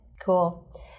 Cool